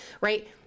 right